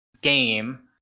game